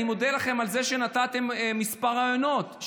אני מודה לכם על זה שנתתם כמה רעיונות,